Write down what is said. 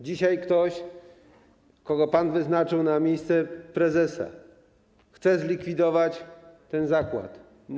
Dzisiaj ktoś, kogo pan wyznaczył na miejsce prezesa, chce zlikwidować ten zakład.